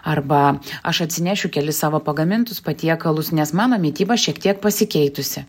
arba aš atsinešiu kelis savo pagamintus patiekalus nes mano mityba šiek tiek pasikeitusi